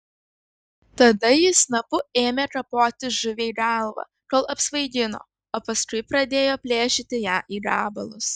tada ji snapu ėmė kapoti žuviai galvą kol apsvaigino o paskui pradėjo plėšyti ją į gabalus